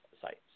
sites